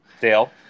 Dale